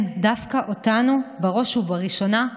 כן, דווקא אותנו בראש ובראשונה.